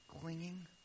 clinging